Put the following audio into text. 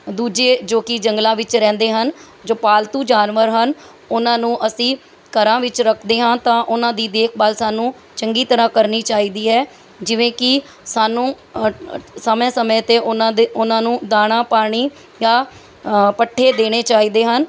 ਦੂਜੇ ਜੋ ਕਿ ਜੰਗਲਾਂ ਵਿੱਚ ਰਹਿੰਦੇ ਹਨ ਜੋ ਪਾਲਤੂ ਜਾਨਵਰ ਹਨ ਉਹਨਾਂ ਨੂੰ ਅਸੀਂ ਘਰਾਂ ਵਿੱਚ ਰੱਖਦੇ ਹਾਂ ਤਾਂ ਉਹਨਾਂ ਦੀ ਦੇਖ ਭਾਲ ਸਾਨੂੰ ਚੰਗੀ ਤਰ੍ਹਾਂ ਕਰਨੀ ਚਾਹੀਦੀ ਹੈ ਜਿਵੇਂ ਕਿ ਸਾਨੂੰ ਸਮੇਂ ਸਮੇਂ 'ਤੇ ਉਹਨਾਂ ਦੇ ਉਹਨਾਂ ਨੂੰ ਦਾਣਾ ਪਾਣੀ ਜਾਂ ਪੱਠੇ ਦੇਣੇ ਚਾਹੀਦੇ ਹਨ